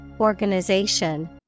organization